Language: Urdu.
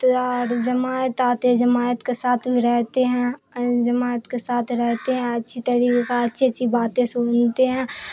جماعت آتے جماعت کے ساتھ بھی رہتے ہیں جماعت کے ساتھ رہتے ہیں اچھی طریقے کا اچھی اچھی باتیں سنتے ہیں